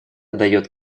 дает